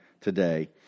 today